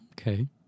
Okay